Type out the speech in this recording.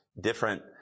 different